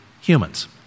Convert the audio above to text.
humans